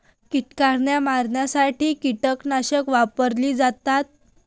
कीटकांना मारण्यासाठी कीटकनाशके वापरली जातात